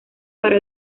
para